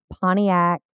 Pontiac